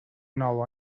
nou